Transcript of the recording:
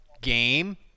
game